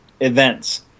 events